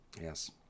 yes